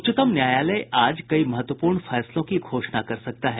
उच्चतम न्यायालय आज कई महत्वपूर्ण फैसलों की घोषणा कर सकता है